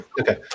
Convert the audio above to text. Okay